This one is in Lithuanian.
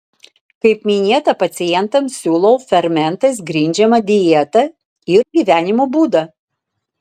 kaip minėta pacientams siūlau fermentais grindžiamą dietą ir gyvenimo būdą